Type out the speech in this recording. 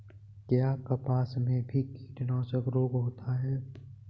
क्या कपास में भी कीटनाशक रोग होता है?